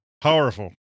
Powerful